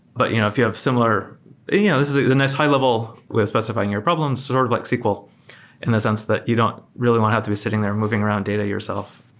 but you know if you have similar you know this is the the next high-level with specifying your problems sort of like sql in the sense that you don't really want have to be sitting there and moving around data yourself.